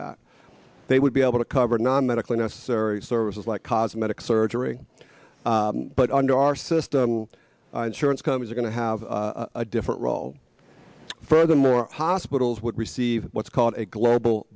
that they would be able to cover non medically necessary services like cosmetic surgery but under our system insurance companies are going to have a different role furthermore hospitals would receive what's called a global